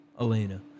Elena